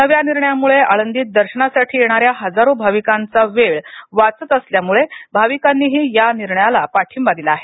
नव्या निर्णयामुळं आळंदीत दर्शनासाठी येणाऱ्या हजारो भाविकांचा वेळ वाचत असल्यानं भाविकांनीही या निर्णयाला पाठिंबा दिला आहे